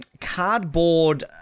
cardboard